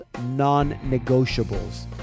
non-negotiables